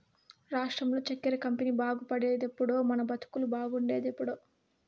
రాష్ట్రంలో చక్కెర కంపెనీ బాగుపడేదెప్పుడో మన బతుకులు బాగుండేదెప్పుడో